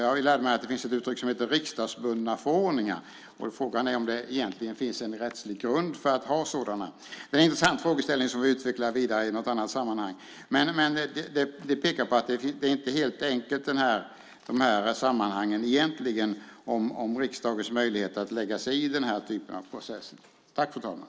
Jag lärde mig att det finns något som heter riksdagsbundna förordningar. Frågan är om det egentligen finns rättslig grund för att ha sådana. Det är en intressant frågeställning som vi utvecklar vidare i något annat sammanhang. Men det pekar på att detta med riksdagens möjligheter att lägga sig i sådana processer inte är helt enkelt.